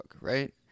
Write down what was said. right